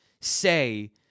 say